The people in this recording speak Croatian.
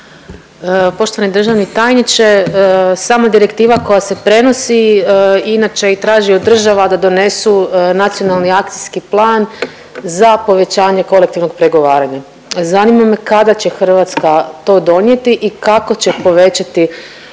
Poštovani državni tajniče. Sama direktiva koja se prenosi inače i traži od država da donesu nacionalni akcijski plan za povećanje kolektivnog pregovaranja. Zanima me kada će Hrvatska to donijeti i kako će povećati